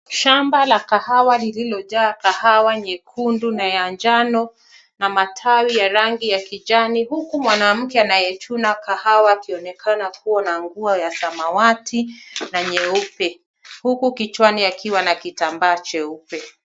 Shamba la kahawa lililojaa kahawa nyekundu na njano na matawi ya rangi ya kijani, huku mwanamke anayechuna kahawa akionekana kuwa na nguo ya samawati na nyeupe, huku kichwani akiwa na kitambaa cheupe.